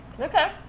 okay